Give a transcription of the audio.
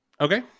Okay